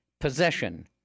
possession